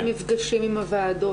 מה תדירות המפגשים של האסירים עם הוועדות,